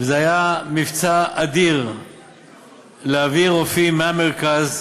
וזה היה מבצע אדיר להביא רופאים מהמרכז,